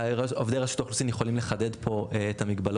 עובדי רשות האוכלוסין יכולים לחדד את המגבלות